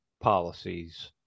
policies